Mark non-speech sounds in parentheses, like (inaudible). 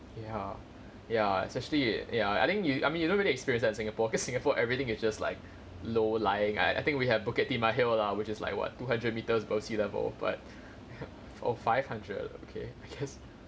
ya ya especially ya I think you I mean you don't really experience that in singapore because singapore everything is just like low lying I think we have bukit timah hill lah which is like what two hundred metres above sea level but (laughs) four five hundred okay because